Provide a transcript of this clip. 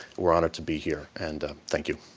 we're honored to be here, and thank you.